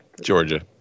Georgia